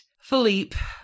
Philippe